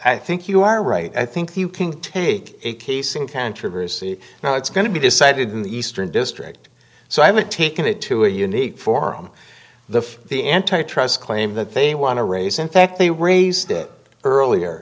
i think you are right i think you can take a case in controversy now it's going to be decided in the eastern district so i haven't taken it to a unique forum the the antitrust claim that they want to raise in fact they raised it earlier